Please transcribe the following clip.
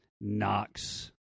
Knox